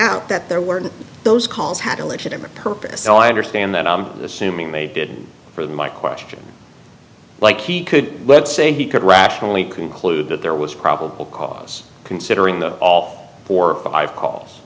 out that there weren't those calls had a legitimate purpose so i understand that i'm assuming they didn't from my question like he could let's say he could rationally conclude that there was probable cause considering that all four or five call